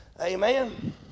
Amen